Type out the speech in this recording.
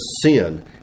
sin